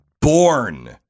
born